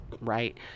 Right